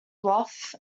bluff